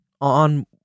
on